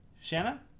Shanna